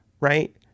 right